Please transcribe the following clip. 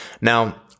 Now